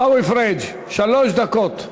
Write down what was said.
עיסאווי פריג', שלוש דקות.